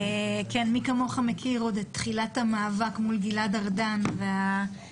מי כמוך מכיר עוד את תחילת המאבק מול גלעד ארדן וההתנהלות.